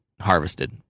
harvested